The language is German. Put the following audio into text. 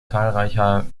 zahlreicher